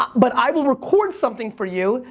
but i will record something for you,